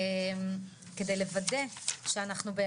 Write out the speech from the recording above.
כדי לוודא שאנחנו,